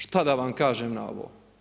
Šta da vam kažem na ovo?